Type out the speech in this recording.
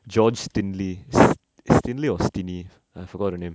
george stinley s~ stinley or stinney I forgot the name